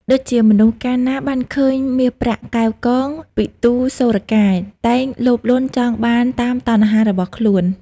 ដូចជា មនុស្សកាលណាបានឃើញមាសប្រាក់ កែវកង ពិទូរ្យសូរ្យកាន្ត តែងលោភលន់ចង់បានតាមតណ្ហារបស់ខ្លួន ។